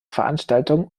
veranstaltungen